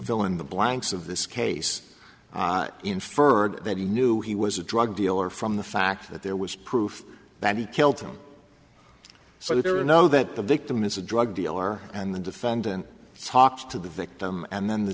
fill in the blanks of this case inferred that he knew he was a drug dealer from the fact that there was proof that he killed him so there are now that the victim is a drug dealer and the defendant talks to the victim and then the